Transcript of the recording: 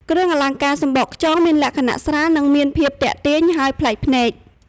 គ្រឿងអលង្ការសំបកខ្យងមានលក្ខណៈស្រាល និងមានភាពទាក់ទាញ ហើយប្លែកភ្នែក។